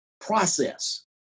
process